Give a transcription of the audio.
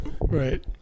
Right